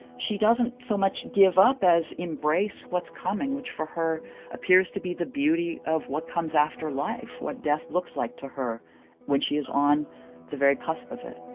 she doesn't so much give up as embrace what's coming, which for her appears to be the beauty of what comes after life, what death looks like to her when she is on the very cusp of it